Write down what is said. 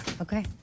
Okay